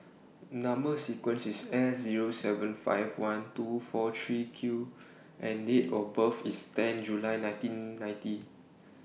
Number sequence IS S Zero seven five one two four three Q and Date of birth IS ten July nineteen ninety